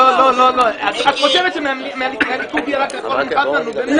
לא לא לא, את חושבת שמהליכוד יהיה רק אורן חזן?